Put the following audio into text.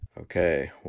Okay